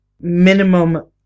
minimum